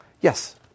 Yes